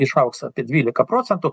išaugs apie dvylika procentų